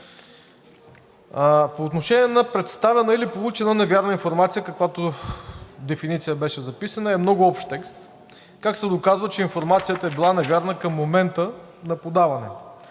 По отношение на представена или получена невярна информация, каквато дефиниция беше записана, е много общ текст. Как се доказва, че информацията е била невярна към момента на подаване?